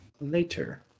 later